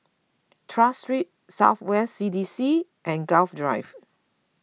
Tras Street South West C D C and Gul Drive